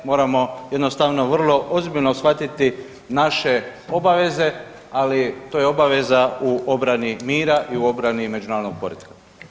Moramo jednostavno vrlo ozbiljno shvatiti naše obaveze, ali to je obaveza u obrani mira i u obrani međunarodnog poretka.